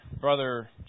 brother